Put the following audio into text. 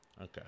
Okay